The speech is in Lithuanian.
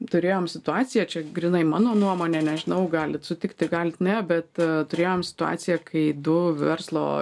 turėjom situaciją čia grynai mano nuomonė nežinau galit sutikti galit ne bet turėjom situaciją kai du verslo